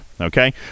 okay